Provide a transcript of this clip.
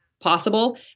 possible